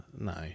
no